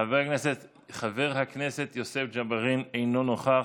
חבר הכנסת חבר הכנסת יוסף ג'בארין, אינו נוכח.